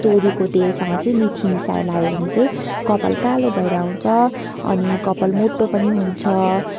तोरीको तेलसँग चाहिँ मेथी मिसाएर लायो भने चाहिँ कपाल कालो भएर आउँछ अनि कपाल मोटो पनि हुन्छ